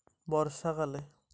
ঢেঁড়শ কোন মরশুমে ভালো হয়?